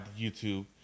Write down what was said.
YouTube